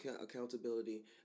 accountability